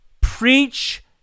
preach